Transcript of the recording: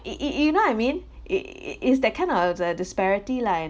it it you know I mean it it is that kind of the disparity lah in